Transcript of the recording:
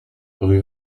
rue